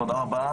תודה רבה.